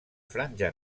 franja